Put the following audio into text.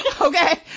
Okay